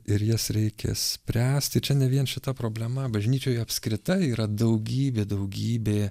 ir jas reikia spręsti čia ne vien šita problema bažnyčioj apskritai yra daugybė daugybė